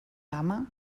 dama